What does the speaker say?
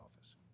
office